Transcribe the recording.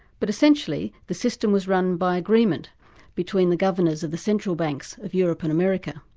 but essentially, the system was run by agreement between the governors of the central banks of europe and america.